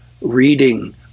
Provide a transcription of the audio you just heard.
reading